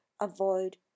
avoid